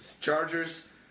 Chargers